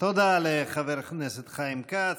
תודה לחבר הכנסת חיים כץ.